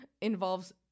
involves